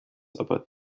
aber